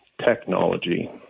technology